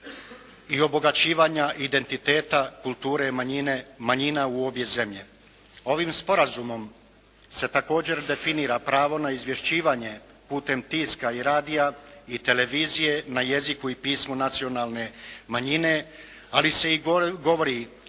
i obogaćivanja identiteta kulture manjina u obje zemlje. Ovim sporazumom se također definira pravo na izvješćivanje putem tiska i radija i televizije na jeziku i pismu nacionalne manjine, ali se i govori